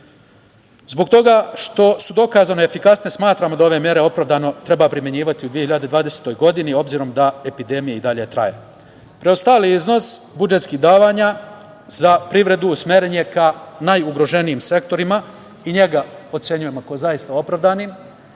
Zbog toga što su dokazano efikasne, smatramo da ove mere opravdano treba primenjivati i u 2021. godini, obzirom da epidemija i dalje traje. Preostali iznos budžetskih davanja za privredu usmeren je ka najugroženijim sektorima i njega ocenjujemo kao zaista opravdanim.